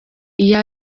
iyo